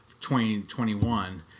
2021